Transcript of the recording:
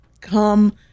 come